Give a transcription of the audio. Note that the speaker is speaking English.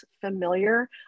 familiar